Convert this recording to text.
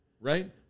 right